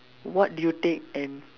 what do you take and